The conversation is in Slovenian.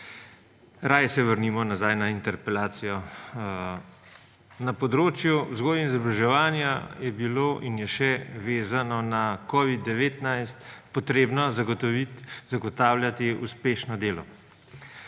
Raje se vrnimo nazaj na interpelacijo. Na področju vzgoje in izobraževanje je bilo in je še, vezano na covid-19, potrebno zagotavljati uspešno delo,